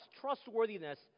trustworthiness